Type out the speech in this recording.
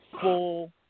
full